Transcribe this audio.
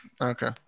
Okay